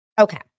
Okay